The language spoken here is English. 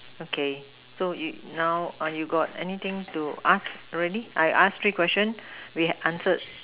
okay so you now err you got anything to ask already I ask three question we answered